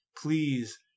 please